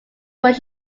was